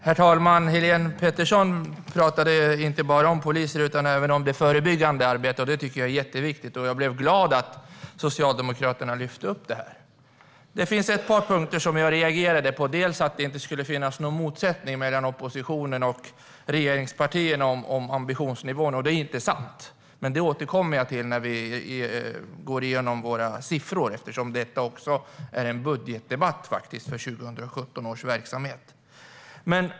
Herr talman! Helene Petersson talade inte bara om poliser utan även om det förebyggande arbetet. Det är mycket viktigt. Jag blev glad över att Socialdemokraterna lyfte upp frågan. Det finns ett par punkter som jag reagerade på, bland annat att det inte ska finnas någon motsättning mellan oppositionen och regeringspartierna om ambitionsnivån. Det är inte sant. Jag återkommer till detta när jag ska gå igenom våra siffror. Detta är ju också en budgetdebatt för 2017 års verksamhet.